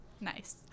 Nice